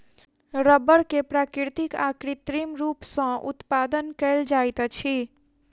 रबड़ के प्राकृतिक आ कृत्रिम रूप सॅ उत्पादन कयल जाइत अछि